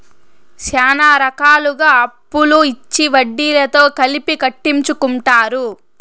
శ్యానా రకాలుగా అప్పులు ఇచ్చి వడ్డీతో కలిపి కట్టించుకుంటారు